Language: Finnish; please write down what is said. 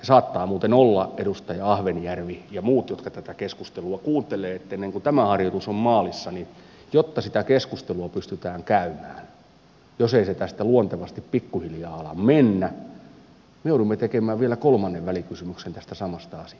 saattaa muuten olla edustaja ahvenjärvi ja muut jotka tätä keskustelua kuuntelette että ennen kuin tämä harjoitus on maalissa niin jotta sitä keskustelua pystytään käymään jos ei se tästä luontevasti pikkuhiljaa ala mennä me joudumme tekemään vielä kolmannen välikysymyksen tästä samasta asiasta